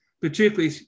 particularly